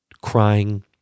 crying